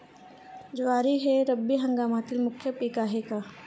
ज्वारी हे रब्बी हंगामातील मुख्य पीक आहे का?